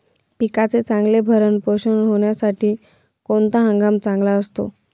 पिकाचे चांगले भरण पोषण होण्यासाठी कोणता हंगाम चांगला असतो?